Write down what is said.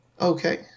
Okay